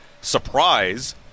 surprise